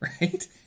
right